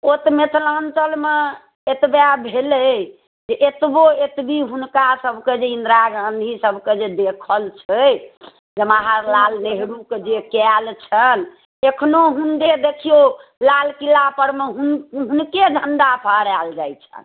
ओ तऽ मिथिलाञ्चलमे एतबे भेलै जे एतबो एतबी हुनका सबके जे ईन्दरा गाँधी सबकेँ जे देखल छै जवाहरलाल नेहरूके जे कयल छल एखनो हुँनके देखिऔ लालकिला परमे हुनके झण्डा फहरायल जाइत छनि